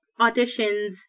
auditions